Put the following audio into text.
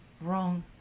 wrong